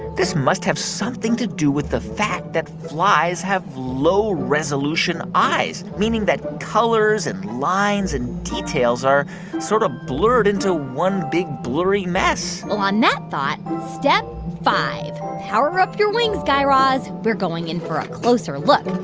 this must have something to do with the fact that flies have low-resolution eyes, meaning that colors and lines and details are sort of blurred into one big blurry mess well, on that thought, step five power up your wings, guy raz. we're going in for a closer look.